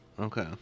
Okay